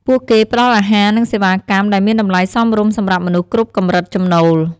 ពួកគេផ្តល់អាហារនិងសេវាកម្មដែលមានតម្លៃសមរម្យសម្រាប់មនុស្សគ្រប់កម្រិតចំណូល។